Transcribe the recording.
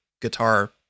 guitar